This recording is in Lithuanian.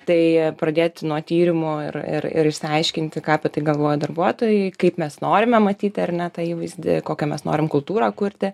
tai pradėti nuo tyrimo ir ir ir išsiaiškinti ką apie tai galvoja darbuotojai kaip mes norime matyti ar ne tą įvaizdį kokią mes norim kultūrą kurti